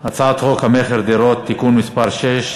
על הצעת חוק המכר (דירות) (תיקון מס' 6)